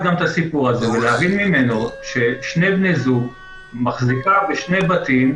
את הסיפור הזה ולהבין ממנו ששני בני זוג מחזיקים בשני בתים,